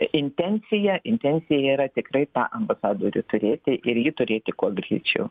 intencija intencija yra tikrai ambasadorių turėti ir jį turėti kuo greičiau